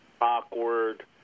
awkward